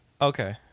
Okay